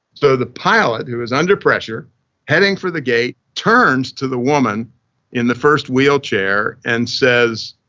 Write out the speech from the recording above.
so the pilot who was under pressure heading for the gate turns to the woman in the first wheelchair and says,